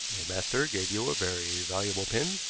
your master gave you a very valuable pin,